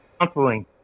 counseling